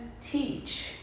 teach